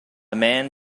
man